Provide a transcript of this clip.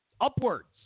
Upwards